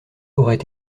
auraient